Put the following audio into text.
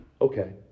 Okay